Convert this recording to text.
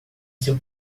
seu